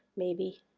maybe.